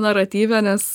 naratyve nes